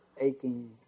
aching